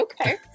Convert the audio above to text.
okay